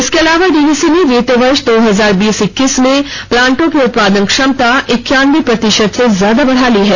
इसके अलावा डीवीसी ने वित्तीय वर्ष दो हजार बीस इक्कीस में प्लांटों की उत्पादन क्षमता इक्यान्बे प्रतिशत से ज्यादा बढ़ा ली है